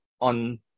on